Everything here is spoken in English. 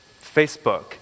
Facebook